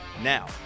now